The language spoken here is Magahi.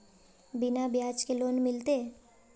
बिना ब्याज के लोन मिलते?